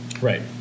Right